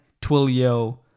Twilio